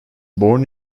born